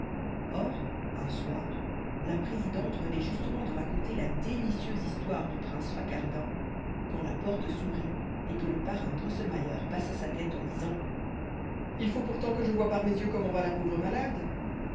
or un soir la présidente venait justement de raconter la délicieuse histoire du prince facardin quand la porte s'ouvrit et que le parrain drosselmayer passa sa tête en disant il faut pourtant que je voie par mes yeux comment va la pauvre malade